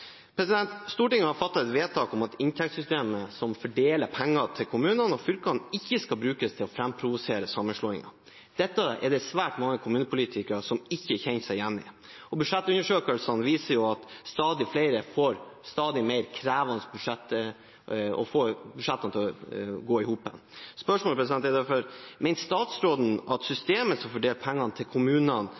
Stortinget har fattet et vedtak om at inntektssystemet som fordeler penger til kommunene og fylkene, ikke skal brukes til å framprovosere sammenslåinger. Dette er det svært mange kommunepolitikere som ikke kjenner seg igjen i, og budsjettundersøkelsene viser at stadig flere får det stadig mer krevende med å få budsjettene til å gå i hop. Spørsmålet mitt er derfor: Mener statsråden at det systemet som fordeler penger til kommunene,